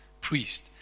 priest